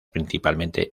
principalmente